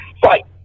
fight